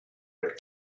but